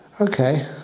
Okay